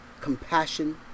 compassion